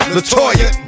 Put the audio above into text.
LaToya